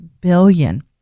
billion